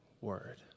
word